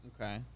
Okay